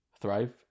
thrive